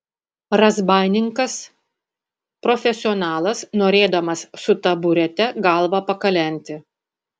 razbaininkas profesionalas norėdamas su taburete galvą pakalenti